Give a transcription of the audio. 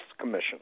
Commission